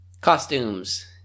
Costumes